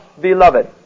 Beloved